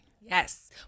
Yes